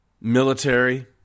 military